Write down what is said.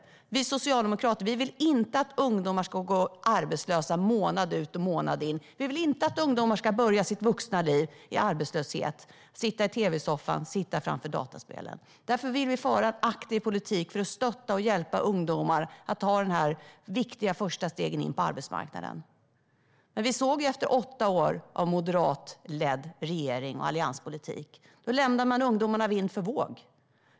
Vi socialdemokrater vill inte att ungdomar ska gå arbetslösa månad ut och månad in. Vi vill inte att ungdomar ska börja sitt vuxna liv i arbetslöshet och sitta i tv-soffan och framför dataspelen. Därför vill vi föra en aktiv politik för att stötta och hjälpa ungdomar att ta de viktiga första stegen in på arbetsmarknaden. Men vi såg åtta år av moderatledd regering och allianspolitik, där man lämnade ungdomarna vind för våg.